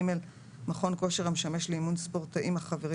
(ג)מכון כושר המשמש לאימון ספורטאים החברים